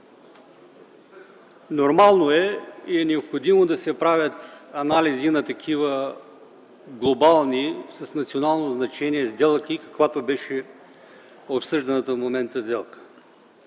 Нормално и необходимо е да се правят анализи на такива глобални, с национално значение сделки, каквато е обсъжданата в момента сделка.